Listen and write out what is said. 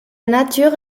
nature